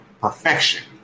perfection